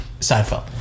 Seinfeld